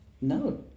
no